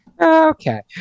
okay